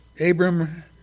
Abram